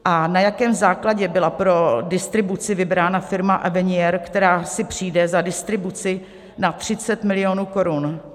A na jakém základě byla pro distribuci vybrána firma Avenier, která si přijde za distribuci na 30 milionů korun?